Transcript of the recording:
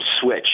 switch